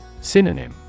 Synonym